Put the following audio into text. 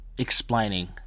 Explaining